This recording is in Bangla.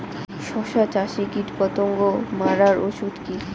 শসা চাষে কীটপতঙ্গ মারার ওষুধ কি?